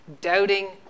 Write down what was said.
doubting